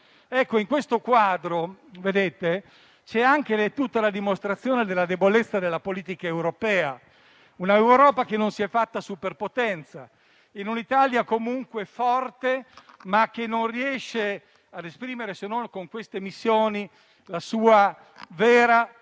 In questo quadro, vedete, c'è anche tutta la dimostrazione della debolezza della politica europea. Un'Europa che non si è fatta superpotenza e un'Italia comunque forte, ma che non riesce a esprimere, se non con queste missioni, la sua vera